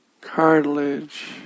cartilage